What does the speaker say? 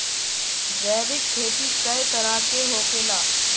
जैविक खेती कए तरह के होखेला?